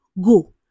Go